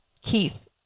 Keith